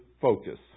focus